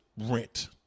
rent